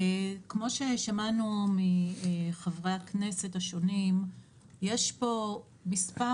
כמו ששמענו מחברי הכנסת השונים יש פה מספר